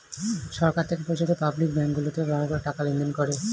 সরকার থেকে পরিচালিত public bank গুলোতে গ্রাহকরা টাকা লেনদেন করে